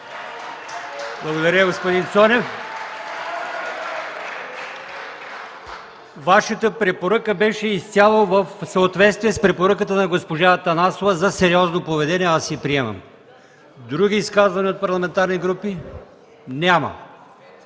Благодаря, господин Цонев. Вашата препоръка беше изцяло в съответствие с препоръката на госпожа Атанасова за сериозно поведение. Аз я приемам. Има ли други изказвания от парламентарни групи? Няма.